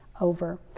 over